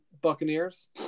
Buccaneers